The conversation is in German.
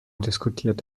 diskutiert